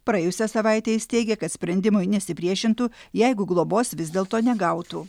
praėjusią savaitę jis teigė kad sprendimui nesipriešintų jeigu globos vis dėlto negautų